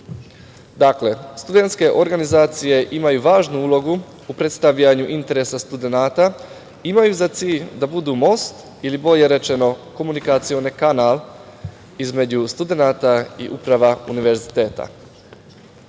studentske organizacije imaju važnu ulogu u predstavljanju interesa studenata, imaju za cilj da budu most ili bolje rečeno komunikacioni kanal između studenata i uprava univerziteta. Možemo